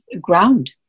ground